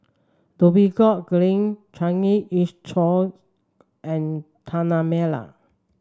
Dhoby Ghaut Green Changi East Chaw and Tanah Merah